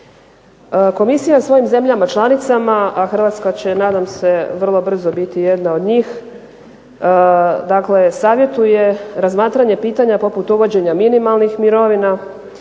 Komisija svojim zemljama članicama, a Hrvatska će nadam se vrlo brzo biti jedna od njih, dakle savjetuje razmatranje pitanja poput uvođenja minimalnih mirovina,